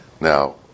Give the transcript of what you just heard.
Now